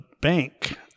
bank